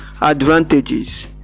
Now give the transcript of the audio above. advantages